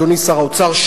אדוני שר האוצר,